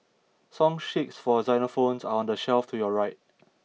song sheets for xylophones are on the shelf to your right